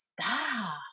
stop